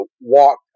walk